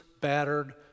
battered